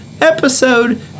episode